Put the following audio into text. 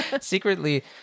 secretly